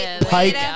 Pike